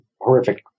horrific